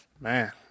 Man